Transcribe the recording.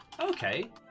Okay